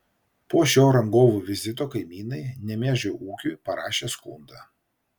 po šio rangovų vizito kaimynai nemėžio ūkiui parašė skundą